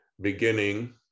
beginning